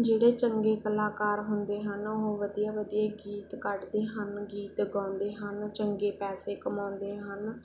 ਜਿਹੜੇ ਚੰਗੇ ਕਲਾਕਾਰ ਹੁੰਦੇ ਹਨ ਉਹ ਵਧੀਆ ਵਧੀਆ ਗੀਤ ਕੱਢਦੇ ਹਨ ਗੀਤ ਗਾਉਂਦੇ ਹਨ ਚੰਗੇ ਪੈਸੇ ਕਮਾਉਂਦੇ ਹਨ